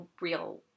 real